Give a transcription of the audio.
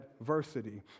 adversity